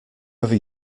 ever